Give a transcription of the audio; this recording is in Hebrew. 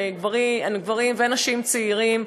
גברים ונשים צעירים,